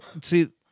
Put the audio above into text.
see